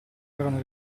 erano